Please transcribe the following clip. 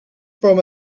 from